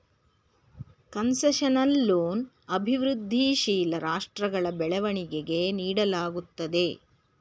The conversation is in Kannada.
ಕನ್ಸೆಷನಲ್ ಲೋನ್ ಅಭಿವೃದ್ಧಿಶೀಲ ರಾಷ್ಟ್ರಗಳ ಬೆಳವಣಿಗೆಗೆ ನೀಡಲಾಗುತ್ತದೆ